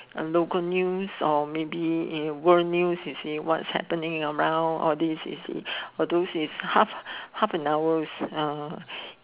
local news or maybe world news you see what's happening around all this you see all those half and hour